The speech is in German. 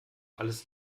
alles